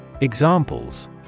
Examples